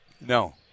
No